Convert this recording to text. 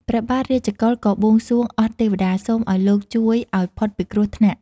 ព្រះបាទរាជកុល ក៏បួងសួងអស់ទេវតា សូមឲ្យលោកជួយឲ្យផុតពីគ្រោះថ្នាក់ ។